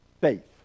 faith